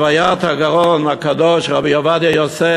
לוויית הגאון הקדוש רבי עובדיה יוסף,